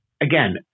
again